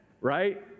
right